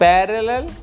Parallel